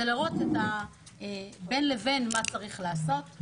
זה להראות בין לבין מה צריך לעשות,